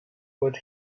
would